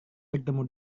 bertemu